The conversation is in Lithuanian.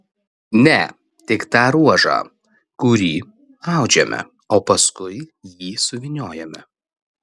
ne tik tą ruožą kurį audžiame o paskui jį suvyniojame